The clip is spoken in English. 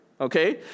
Okay